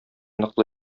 ныклы